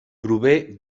prové